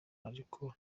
ariko